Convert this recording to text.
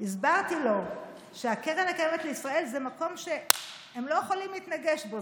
הסברתי לו שהקרן הקיימת לישראל זה מקום שהם לא יכולים להתנגש בו,